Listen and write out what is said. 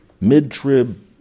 mid-trib